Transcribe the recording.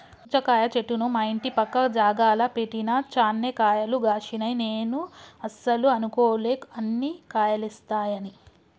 పుచ్చకాయ చెట్టును మా ఇంటి పక్క జాగల పెట్టిన చాన్నే కాయలు గాశినై నేను అస్సలు అనుకోలే అన్ని కాయలేస్తాయని